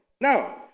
Now